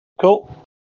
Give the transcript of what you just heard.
Cool